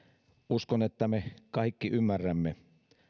uskon että me kaikki ymmärrämme